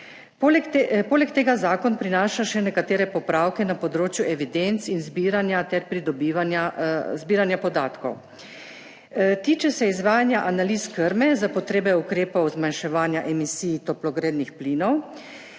Poleg tega zakon prinaša še nekatere popravke na področju evidenc in zbiranja ter pridobivanja, zbiranja podatkov. Tiče se izvajanja analiz krme za potrebe ukrepov zmanjševanja emisij toplogrednih plinov,